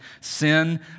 Sin